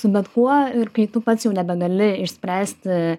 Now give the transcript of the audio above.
su bet kuo ir kai tu pats jau nebegali išspręsti